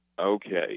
Okay